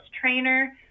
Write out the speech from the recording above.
trainer